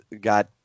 got